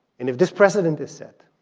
and if this precedent is set,